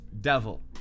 devil